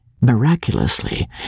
Miraculously